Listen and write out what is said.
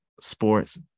sports